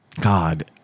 God